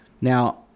Now